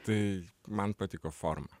tai man patiko forma